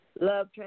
Love